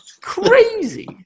crazy